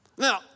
Now